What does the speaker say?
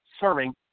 serving